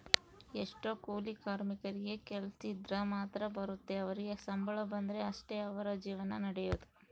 ಎಷ್ಟೊ ಕೂಲಿ ಕಾರ್ಮಿಕರಿಗೆ ಕೆಲ್ಸಿದ್ರ ಮಾತ್ರ ಬರುತ್ತೆ ಅವರಿಗೆ ಸಂಬಳ ಬಂದ್ರೆ ಅಷ್ಟೇ ಅವರ ಜೀವನ ನಡಿಯೊದು